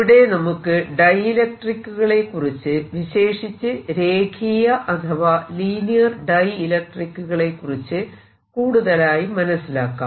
ഇവിടെ നമുക്ക് ഡൈഇലക്ട്രിക്കുകളെക്കുറിച്ച് വിശേഷിച്ച് രേഖീയ അഥവാ ലീനിയർ ഡൈഇലക്ട്രിക്കുകളെക്കുറിച്ച് കൂടുതലായി മനസിലാക്കാം